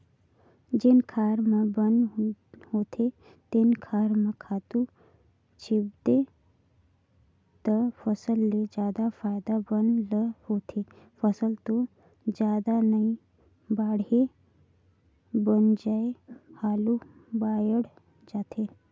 जेन खार म बन होथे तेन खार म खातू छितबे त फसल ले जादा फायदा बन ल होथे, फसल तो जादा नइ बाड़हे बन हर हालु बायड़ जाथे